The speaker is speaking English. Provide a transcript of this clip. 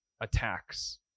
attacks